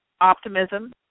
optimism